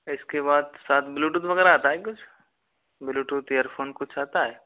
इसके बाद साथ ब्लूटूथ वगैरह आता है कुछ ब्लूटूथ एयरफ़ोन कुछ आता है